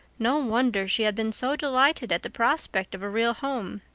no wonder she had been so delighted at the prospect of a real home.